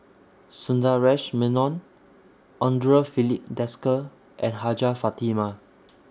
Sundaresh Menon Andre Filipe Desker and Hajjah Fatimah